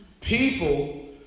People